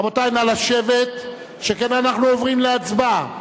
רבותי, נא לשבת, שכן אנחנו עוברים להצבעה,